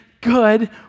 good